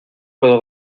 puedo